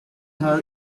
her